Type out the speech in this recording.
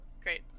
Great